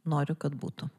noriu kad būtų